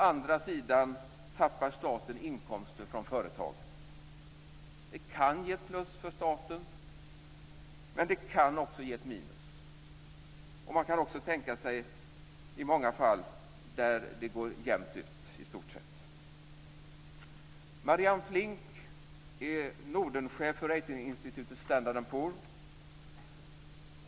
Å andra sidan tappar staten inkomster från företaget. Det kan ge ett plus för staten, men det kan också ge ett minus. Man kan också tänka sig många fall där det i stort sett går jämnt ut. Marianne Flinck är Nordenchef för ratinginstitutet Standard & Poor's.